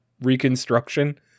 reconstruction